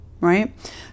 right